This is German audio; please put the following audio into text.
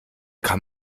kann